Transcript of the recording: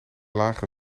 lagere